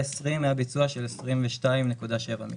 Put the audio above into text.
4.20 היה ביצוע של 22.7 מיליון.